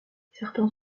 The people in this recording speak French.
certains